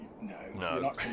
No